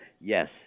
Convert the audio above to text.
yes